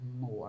more